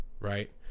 Right